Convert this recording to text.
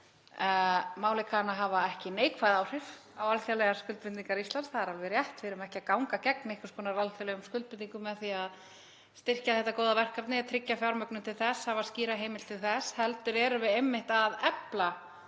málið hafi ekki neikvæð áhrif á alþjóðlegar skuldbindingar Íslands, það er alveg rétt. Við erum ekki að ganga gegn einhvers konar alþjóðlegum skuldbindingum með því að styrkja þetta góða verkefni, að tryggja fjármögnun til þess, og hafa skýra heimild til þess, heldur erum við einmitt að efla